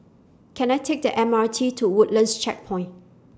Can I Take The M R T to Woodlands Checkpoint